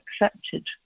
accepted